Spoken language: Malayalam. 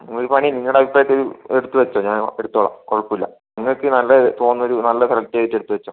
ഒരു പണി ചെയ്യ് നിങ്ങളുടെ അഭിപ്രായത്തിൽ എടുത്ത് വെച്ചൊ ഞാൻ എടത്തോളാം കുഴപ്പമില്ല നിങ്ങൾക്ക് നല്ലത് തോന്നുന്നത് ഒരു നല്ല സെലക്ട് ചെയ്തിട്ട് എടുത്ത് വെച്ചൊ